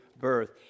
birth